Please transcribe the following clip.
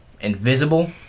invisible